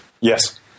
Yes